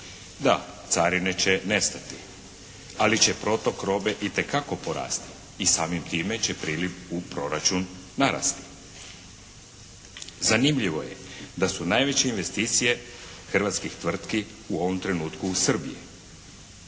Da, carine će nestati, ali će protok robe itekako porasti i samim time će priliv u proračun narasti. Zanimljivo je da su najveće investicije hrvatskih tvrtki u ovom trenutku u Srbiji.